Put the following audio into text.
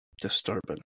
Disturbing